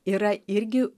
yra irgi